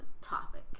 topic